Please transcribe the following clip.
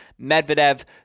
Medvedev